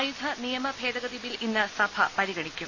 ആയുധ നിയമ ഭേദഗതിബിൽ ഇന്ന് സഭ പരിഗണിക്കും